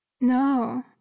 No